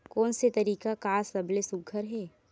कोन से तरीका का सबले सुघ्घर हे?